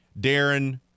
Darren